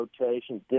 rotation